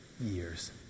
years